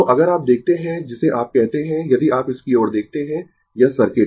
तो अगर आप देखते है जिसे आप कहते है यदि आप इसकी ओर देखते है यह सर्किट